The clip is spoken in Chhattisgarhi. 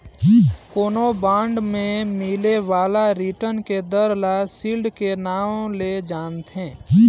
कोनो बांड मे मिले बाला रिटर्न के दर ल सील्ड के नांव ले जानथें